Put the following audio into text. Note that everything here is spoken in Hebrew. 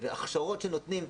ההכשרות שנותנים,